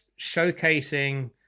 showcasing